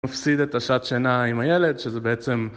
מפסיד את השעת שינה עם הילד שזה בעצם...